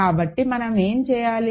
కాబట్టి మనం ఏమి చేయాలి